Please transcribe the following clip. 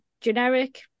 generic